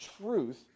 truth